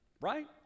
Right